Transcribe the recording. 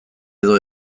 edo